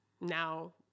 now